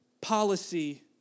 policy